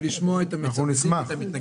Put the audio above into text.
לשמוע את המצדדים ואת המתנגדים.